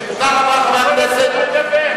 הוא כל הזמן מדבר.